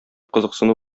кызыксыну